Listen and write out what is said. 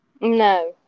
No